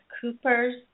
Cooper's